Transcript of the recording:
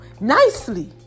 nicely